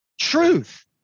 Truth